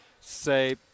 say